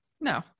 no